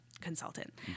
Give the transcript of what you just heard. consultant